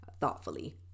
thoughtfully